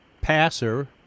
passer